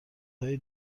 های